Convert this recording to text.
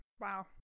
Wow